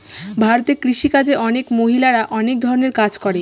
ভারতে কৃষি কাজে অনেক মহিলারা অনেক ধরনের কাজ করে